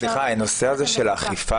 סליחה, הנושא זה של האכיפה